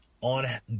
on